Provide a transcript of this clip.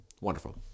Wonderful